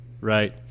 right